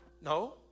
No